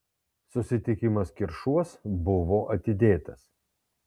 susitikimas kiršuos buvo atidėtas